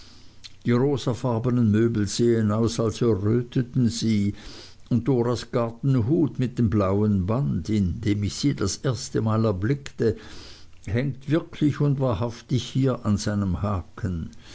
die rosafarbenen möbel sehen aus als erröteten sie und doras gartenhut mit dem blauen band in dem ich sie das erste mal erblickte hängt wirklich und wahrhaftig hier an seinem haken